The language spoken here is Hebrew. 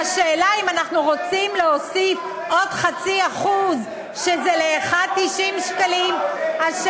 והשאלה היא אם אנחנו רוצים להוסיף עוד 0.5% כמה עולה החוק,